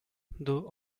though